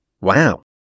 Wow